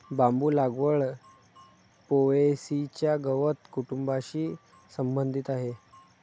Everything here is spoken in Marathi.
बांबू लागवड पो.ए.सी च्या गवत कुटुंबाशी संबंधित आहे